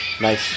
Nice